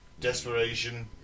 Desperation